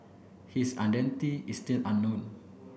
his identity is still unknown